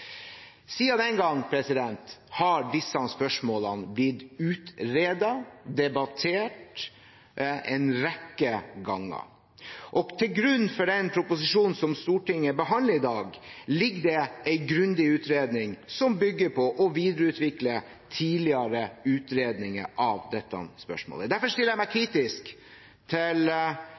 Siden den gang har disse spørsmålene blitt utredet og debattert en rekke ganger. Og til grunn for den proposisjonen som Stortinget behandler i dag, ligger det en grundig utredning som bygger på å videreutvikle tidligere utredninger av dette spørsmålet. Derfor stiller jeg meg kritisk til